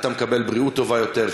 אתה מקבל בריאות טובה יותר,